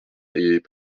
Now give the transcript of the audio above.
est